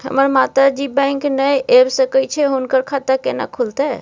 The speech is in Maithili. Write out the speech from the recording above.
हमर माता जी बैंक नय ऐब सकै छै हुनकर खाता केना खूलतै?